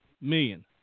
million